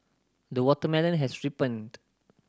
the watermelon has ripened